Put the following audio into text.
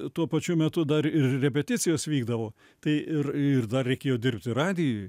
tuo pačiu metu dar ir repeticijos vykdavo tai ir ir dar reikėjo dirbti radijuj